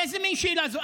איזה מין שאלה זו?